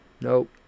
Nope